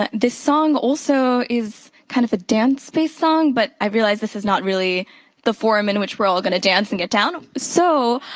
ah this song also is kind of a dance piece song, but i realize this is not really the forum in which we're all gonna dance and get down. so,